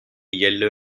yellow